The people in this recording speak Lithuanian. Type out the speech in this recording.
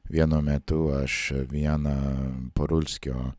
vienu metu aš vieną parulskio